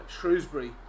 Shrewsbury